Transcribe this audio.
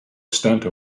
extent